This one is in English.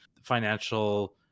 financial